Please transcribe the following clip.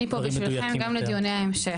אני פה בשבילכם גם בדיוני ההמשך,